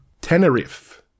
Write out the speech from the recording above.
Tenerife